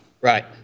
Right